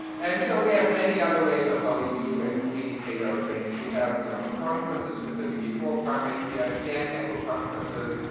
and, you know, we have many other ways of how we do and communicate our trainings. we have, you know, conferences specifically for primary care, scan-echo conferences.